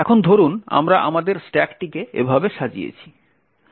এখন ধরুন আমরা আমাদের স্ট্যাকটিকে এভাবে সাজিয়েছি